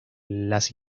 las